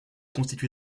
constitué